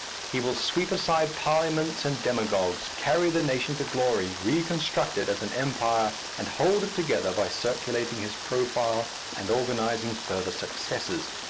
he will sweep aside parliaments and demagogues, carry the nation to glory, reconstruct it as an empire, and hold it together by circulating his profile and organizing further successes.